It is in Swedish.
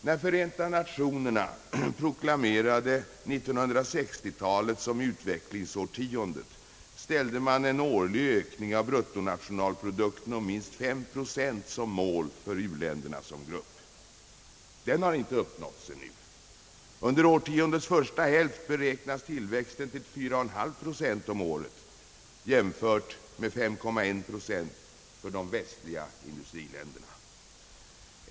När Förenta Nationerna proklamerade 1960-talet som »utvecklingsårtiondet», ställde man en årlig ökning av bruttonationalprodukten av minst fem procent som mål för u-länderna som grupp. Det målet har inte uppnåtts ännu. Under årtiondets första hälft beräknades tillväxten till 4,5 procent om året, jämfört med 5,1 procent för de västliga industriländerna.